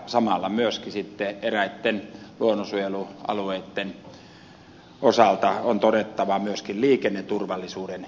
samalla myöskin sitten eräitten luonnonsuojelualueitten osalta on todettava myöskin liikenneturvallisuuden heikentyminen